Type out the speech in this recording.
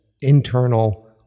internal